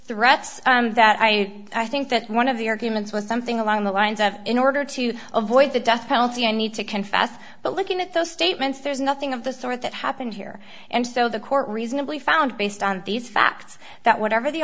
threats that i i think that one of the arguments was something along the lines of in order to avoid the death penalty i need to confess but looking at those statements there's nothing of the sort that happened here and so the court reasonably found based on these facts that whatever the